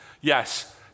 Yes